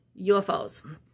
UFOs